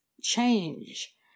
change